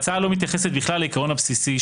ההצעה אינה מתייחסת כלל לעקרון הבסיסי,